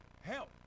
Help